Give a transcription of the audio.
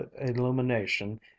illumination